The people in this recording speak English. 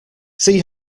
see